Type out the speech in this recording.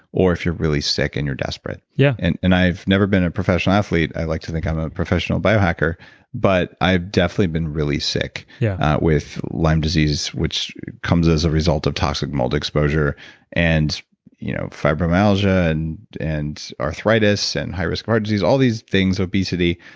or if you're really sick and you're desperate yeah and and i've never been a professional athlete, i like to think i'm a professional biohacker but i've definitely been really sick yeah with lyme disease, which comes as a result of toxic mold exposure and you know fibromyalgia and and arthritis, and high risk of heart disease, all these things, obesity.